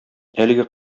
әлеге